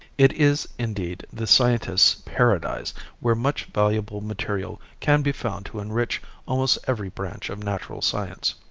it is, indeed, the scientist's paradise where much valuable material can be found to enrich almost every branch of natural science.